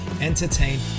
entertain